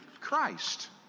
Christ